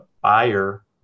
buyer